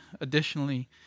additionally